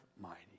mighty